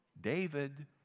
David